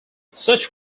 such